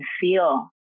feel